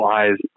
eyes